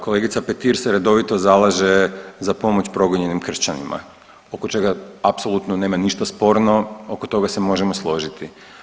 Kolegica Petir se redovito zalaže za pomoć progonjenim kršćanima oko čega apsolutno nema ništa sporno, oko toga se možemo složiti.